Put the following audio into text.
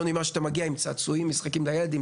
חדר עם צעצועים ומשחקים לילדים,